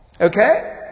Okay